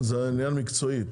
זה עניין מקצועי,